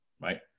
right